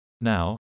Now